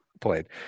played